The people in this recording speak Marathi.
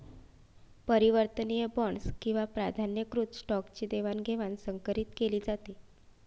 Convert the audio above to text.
परिवर्तनीय बॉण्ड्स किंवा प्राधान्यकृत स्टॉकची देवाणघेवाण संकरीत केली जाते